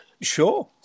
Sure